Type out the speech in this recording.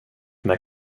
med